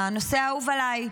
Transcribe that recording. הנושא האהוב עליי.